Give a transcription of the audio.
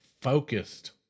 focused